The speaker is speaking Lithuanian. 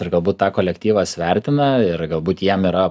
ir galbūt tą kolektyvas vertina ir galbūt jiem yra